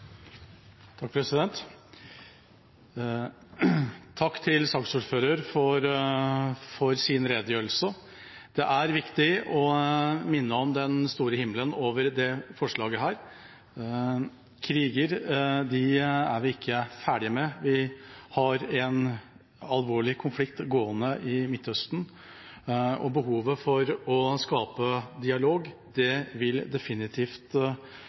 Takk til saksordføreren for hans redegjørelse. Det er viktig å minne om den store himmelen over det forslaget vi har. Kriger er vi ikke ferdig med. Vi har en alvorlig konflikt gående i Midtøsten, og behovet for å skape dialog vil definitivt